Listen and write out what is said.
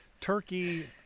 turkey